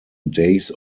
days